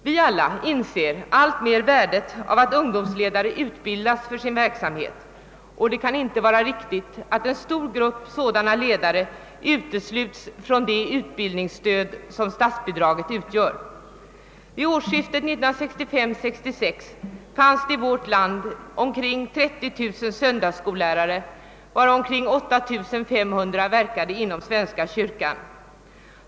Vi inser alla värdet av att ungdoms ledare utbildas för sin verksamhet, och det kan inte vara riktigt att en stor grupp sådana ledare uteslutes från det utbildningsstöd som statsbidraget utgör. Vid årsskiftet 1965—1966 fanns det i vårt land omkring 30 000 söndagsskollärare av vilka omkring 8500 verkade inom svenska kyrkan.